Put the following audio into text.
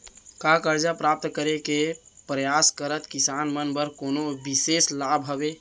का करजा प्राप्त करे के परयास करत किसान मन बर कोनो बिशेष लाभ हवे?